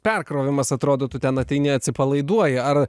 perkrovimas atrodo tu ten ateini atsipalaiduoji ar